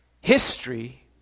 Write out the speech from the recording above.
History